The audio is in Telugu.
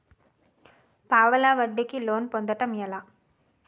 పావలా వడ్డీ కి లోన్ పొందటం ఎలా?